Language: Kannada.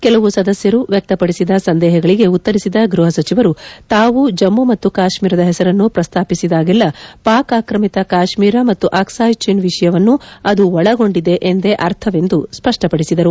ಕೆಲವು ಸದಸ್ಯರು ವ್ಯಕ್ತಪಡಿಸಿದ ಸಂದೇಹಗಳಿಗೆ ಉತ್ತರಿಸಿದ ಗ್ವಹಸಚಿವರು ತಾವು ಜಮ್ಮು ಮತ್ತು ಕಾಶ್ಮೀರದ ಹೆಸರನ್ನು ಪ್ರಸ್ತಾಪಿಸಿದಾಗೆಲ್ಲಾ ಪಾಕ್ ಆಕ್ರಮಿತ ಕಾಶ್ಮೀರ ಮತ್ತು ಅಕ್ಸಾಯ್ ಚಿನ್ ವಿಷಯವನ್ನೂ ಅದು ಒಳಗೊಂಡಿದೆ ಎಂದೇ ಅರ್ಥವೆಂದು ಸ್ಪಷ್ಪಪಡಿಸಿದರು